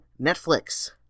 Netflix